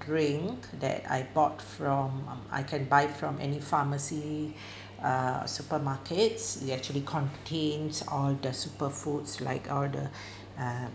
drink that I bought from um I can buy from any pharmacy uh supermarkets it actually contains all the super foods like all the um